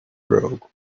broke